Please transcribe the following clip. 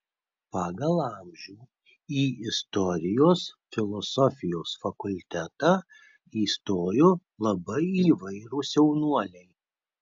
pagal amžių į istorijos filosofijos fakultetą įstojo labai įvairūs jaunuoliai